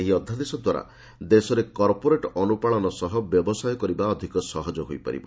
ଏହି ଅଧ୍ୟାଦେଶଦ୍ୱାରା ଦେଶରେ କର୍ପୋରେଟ୍ ଅନୁପାଳନ ସହ ବ୍ୟବସାୟ କରିବା ଅଧିକ ସହଜ ହୋଇପାରିବ